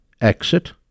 exit